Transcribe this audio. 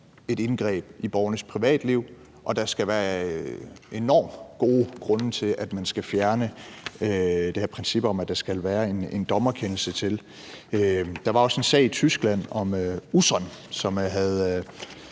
et indgreb i borgernes privatliv, og at der skal være enormt gode grunde til det, hvis man skal fjerne det her princip om, at der skal foreligge en dommerkendelse. Der var også en sag i Tyskland om Uzun , hvor